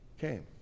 came